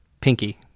Pinky